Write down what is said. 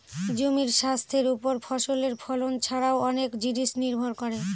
জমির স্বাস্থ্যের ওপর ফসলের ফলন ছারাও অনেক জিনিস নির্ভর করে